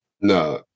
No